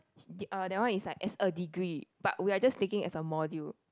uh that one is like as a degree but we are just taking as a module